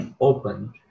open